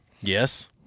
Yes